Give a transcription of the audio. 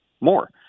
more